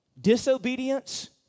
disobedience